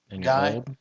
guy